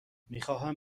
میخواهم